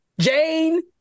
Jane